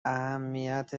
اهمیت